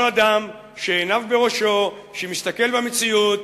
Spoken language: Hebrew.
כל אדם שעיניו בראשו, שמסתכל במציאות,